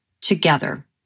together